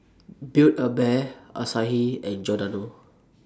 Build A Bear Asahi and Giordano